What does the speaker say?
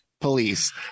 police